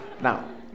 Now